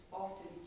often